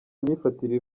myifatire